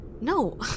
No